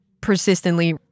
persistently